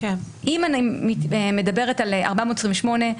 אם אני מדברת על 428,